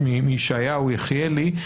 מישעיהו יחיאלי,